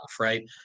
right